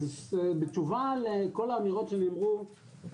אז בתשובה לכל האמירות שנאמרו,